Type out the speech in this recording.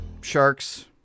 sharks